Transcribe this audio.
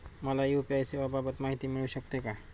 मला यू.पी.आय सेवांबाबत माहिती मिळू शकते का?